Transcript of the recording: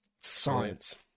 Science